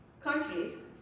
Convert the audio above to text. countries